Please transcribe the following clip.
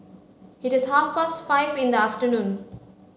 it is half past five in the afternoon